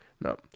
No